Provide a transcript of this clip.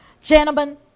Gentlemen